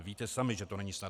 Víte sami, že to není snadné.